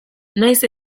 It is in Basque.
nahiz